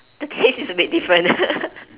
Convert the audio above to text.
the taste is a bit different